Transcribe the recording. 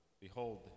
Behold